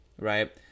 Right